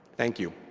thank you.